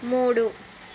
మూడు